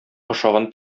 ашаган